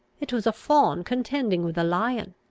it was a fawn contending with a lion.